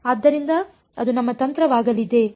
ಆದ್ದರಿಂದ ಅದು ನಮ್ಮ ತಂತ್ರವಾಗಲಿದೆ